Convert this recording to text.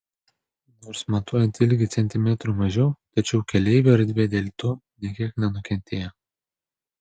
nors matuojant ilgį centimetrų mažiau tačiau keleivių erdvė dėl to nė kiek nenukentėjo